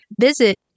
Visit